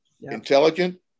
intelligent